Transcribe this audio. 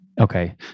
Okay